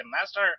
master